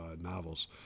novels